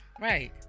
Right